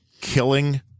Killing